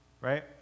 right